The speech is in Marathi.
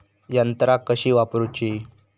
यंत्रा कशी वापरूची?